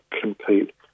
compete